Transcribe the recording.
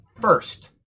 first